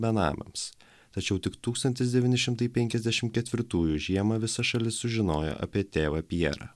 benamiams tačiau tik tūkstantis devyni šimtai penkiasdešim ketvirtųjų žiemą visa šalis sužinojo apie tėvą pjerą